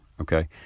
okay